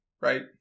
right